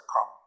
come